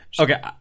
Okay